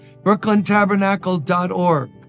brooklyntabernacle.org